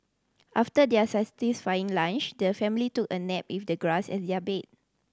after their satisfying lunch the family took a nap with the grass as their bed